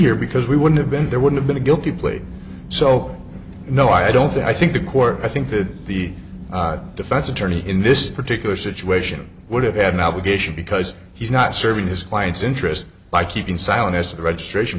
here because we would have been there would have been a guilty plea so no i don't think i think the court i think that the defense attorney in this particular situation would have had an obligation because he's not serving his client's interests by keeping silent as a registration